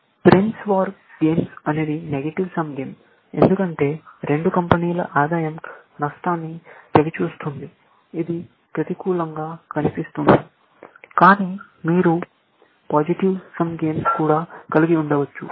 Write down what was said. price war game అనేది negative sum game ఎందుకంటే రెండు కంపెనీల ఆదాయం నష్టాన్ని చవిచూస్తుంది ఇది ప్రతికూలంగా కనిపిస్తుంది కానీ మీరు పాజిటివ్ సమ్ గేమ్స్ కూడా కలిగి ఉండవచ్చు